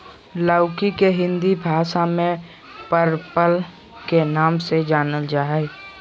लौकी के हिंदी भाषा में परवल के नाम से जानल जाय हइ